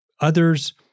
others